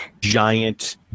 giant